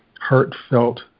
heartfelt